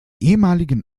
ehemaligen